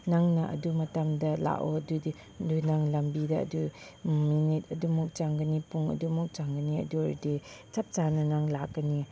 ꯅꯪꯅ ꯑꯗꯨ ꯃꯇꯝꯗ ꯂꯥꯛꯑꯣ ꯑꯗꯨꯗꯤ ꯑꯗꯨ ꯅꯪ ꯂꯝꯕꯤꯗ ꯑꯗꯨ ꯃꯤꯅꯤꯠ ꯑꯗꯨꯃꯨꯛ ꯆꯪꯒꯅꯤ ꯄꯨꯡ ꯑꯗꯨꯃꯨꯛ ꯆꯪꯒꯅꯤ ꯑꯗꯨ ꯑꯣꯏꯔꯗꯤ ꯆꯞ ꯆꯥꯅ ꯅꯪ ꯂꯥꯛꯀꯅꯤ